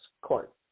court